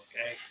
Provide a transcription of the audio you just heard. Okay